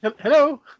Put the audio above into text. Hello